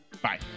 bye